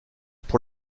pour